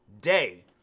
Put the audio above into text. day